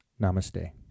namaste